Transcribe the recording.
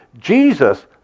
Jesus